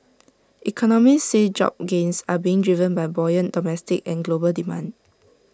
economists say job gains are being driven by buoyant domestic and global demand